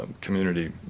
community